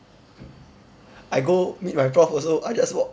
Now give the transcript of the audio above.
I go meet my prof also I just walk